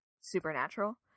supernatural